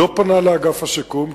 לא פנה לאגף השיקום.